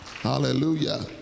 Hallelujah